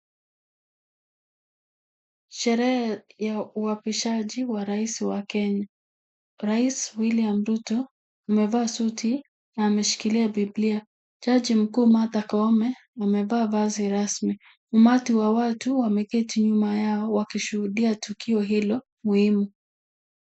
Sherehe ya uapishaji wa rais wa kenya. Rais William Ruto amevaa suti na ameshikilia bibilia. Jaji mkuu Martha Koome amevaa vazi rasmi. Umati wa watu wameketi nyuma yao wakishuhudia tukio hilo muhimu.